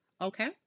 okay